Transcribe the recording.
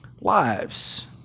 lives